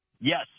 Yes